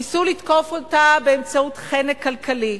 ניסו לתקוף אותה באמצעות חנק כלכלי,